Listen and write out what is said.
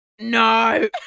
No